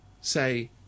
say